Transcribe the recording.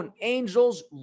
Angels